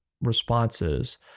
responses